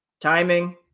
timing